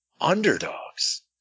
underdogs